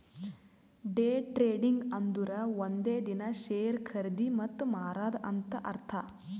day trading ಅಂದುರ್ ಒಂದೇ ದಿನಾ ಶೇರ್ ಖರ್ದಿ ಮತ್ತ ಮಾರಾದ್ ಅಂತ್ ಅರ್ಥಾ